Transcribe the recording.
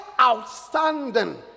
outstanding